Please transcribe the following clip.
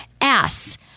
ass